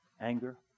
anger